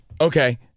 Okay